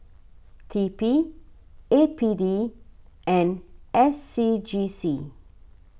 T P A P D and S C G C